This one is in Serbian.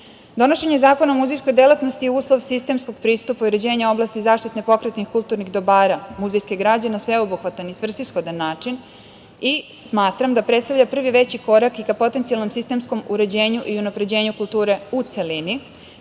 zaštićena. Donošenje Zakona o muzičkoj delatnosti je uslov sistemskog pristupa i uređenja oblasti zaštitne pokretnih kulturnih dobara, muzejske građe na sveobuhvatan i svrsishodan način i smatram da predstavlja prvi veći korak i ka potencijalnom sistemskom uređenju i unapređenju kulture u celini,